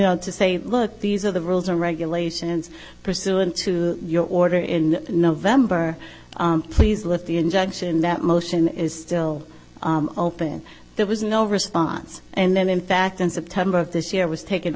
know to say look these are the rules or regulations pursuant to your order in november please let the injunction that motion is still open there was no response and then in fact in september of this year was taken